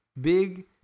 big